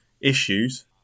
issues